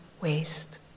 waste